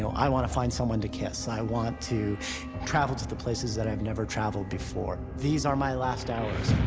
so i want to find someone to kiss, i want to travel to the places that i've never traveled before, these are my last hours.